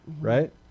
right